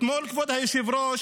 אתמול, כבוד היושב-ראש,